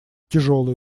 тяжелые